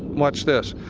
watch this.